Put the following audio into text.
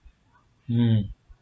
mm